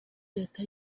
leta